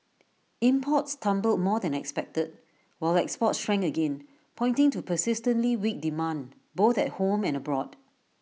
imports tumbled more than expected while exports shrank again pointing to persistently weak demand both at home and abroad